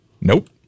Nope